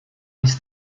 ist